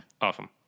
Awesome